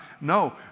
No